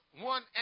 one